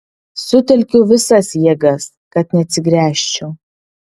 sutelkiau visas jėgas kad neatsigręžčiau